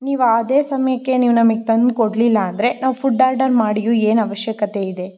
ನೀವು ಆದೇ ಸಮಯಕ್ಕೆ ನೀವು ನಮಗೆ ತಂದು ಕೊಡಲಿಲ್ಲ ಅಂದರೆ ನಾವು ಫುಡ್ ಆರ್ಡರ್ ಮಾಡಿಯೂ ಏನು ಅವಶ್ಯಕತೆ ಇದೆ